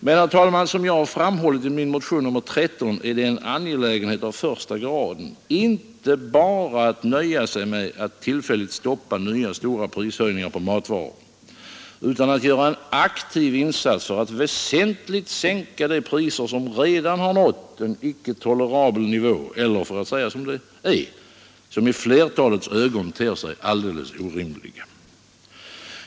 Men, herr talman, som jag framhållit i min motion nr 13 är det en angelägenhet av första graden inte bara att nöja sig med att tillfälligt stoppa nya, stora prishöjningar på matvaror, utan att göra en aktiv insats för att väsentligt sänka de priser som redan nått en icke tolerabel nivå, eller — för att säga som det är — som i flertalets ögon ter sig alldeles orimliga.